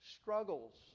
struggles